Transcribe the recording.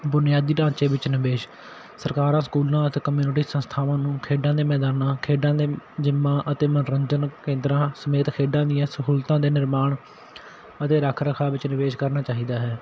ਬੁਨਿਆਦੀ ਢਾਂਚੇ ਵਿੱਚ ਨਿਵੇਸ਼ ਸਰਕਾਰਾਂ ਸਕੂਲਾਂ ਅਤੇ ਕਮਿਊਨਿਟੀ ਸੰਸਥਾਵਾਂ ਨੂੰ ਖੇਡਾਂ ਦੇ ਮੈਦਾਨਾਂ ਖੇਡਾਂ ਦੇ ਜਿੰਮਾਂ ਅਤੇ ਮਨੋਰੰਜਨ ਕੇਂਦਰਾਂ ਸਮੇਤ ਖੇਡਾਂ ਦੀਆਂ ਸਹੂਲਤਾਂ ਦੇ ਨਿਰਮਾਣ ਅਤੇ ਰੱਖ ਰਖਾਅ ਵਿੱਚ ਨਿਵੇਸ਼ ਕਰਨਾ ਚਾਹੀਦਾ ਹੈ